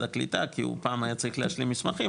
הקליטה כי הוא פעם היה צריך להשלים מסמכים,